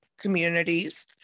communities